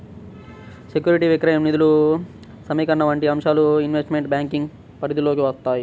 సెక్యూరిటీల విక్రయం, నిధుల సమీకరణ వంటి అంశాలు ఇన్వెస్ట్మెంట్ బ్యాంకింగ్ పరిధిలోకి వత్తాయి